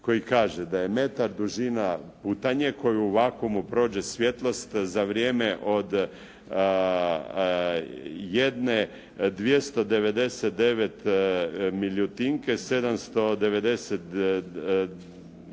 koji kaže da je metar dužina putanje koja u vakuum prođe svjetlost za vrijeme od jedne 299 milijutinke 792 tisućinke